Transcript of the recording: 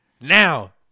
Now